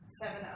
seven